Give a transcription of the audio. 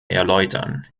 erläutern